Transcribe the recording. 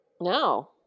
No